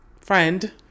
friend